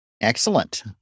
Excellent